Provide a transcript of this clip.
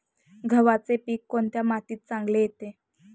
गव्हाचे पीक कोणत्या मातीत चांगले येते?